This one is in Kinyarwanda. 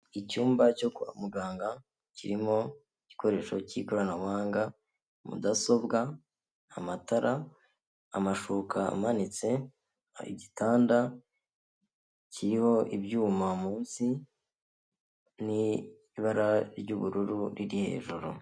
Icyumba cyo kwa muganga kirimo igikoresho cy'ikoranabuhanga, mudasobwa amatara, amashuka amanitse, igitanda kiriho ibyuma munsi n'ibara ry'ubururu riri hejuru.